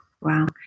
Wow